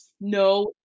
No